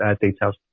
details